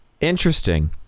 Interesting